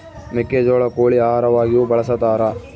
ಮೆಕ್ಕೆಜೋಳ ಕೋಳಿ ಆಹಾರವಾಗಿಯೂ ಬಳಸತಾರ